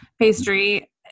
pastry